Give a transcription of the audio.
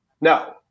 No